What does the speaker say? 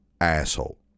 asshole